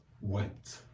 wept